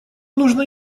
нужно